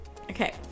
Okay